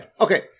Okay